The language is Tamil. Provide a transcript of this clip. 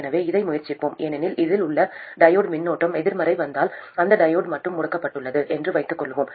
எனவே இதை முயற்சிப்போம் ஏனெனில் இதில் உள்ள டையோடு மின்னோட்டம் எதிர்மறையாக வந்ததால் இந்த டையோடு மட்டும் முடக்கப்பட்டுள்ளது என்று வைத்துக் கொள்வோம்